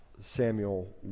Samuel